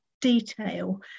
detail